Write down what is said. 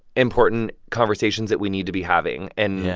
important conversations that we need to be having. and. yeah